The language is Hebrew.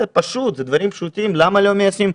זה פשוט, זה דברים פשוטים, למה לא מיישמים?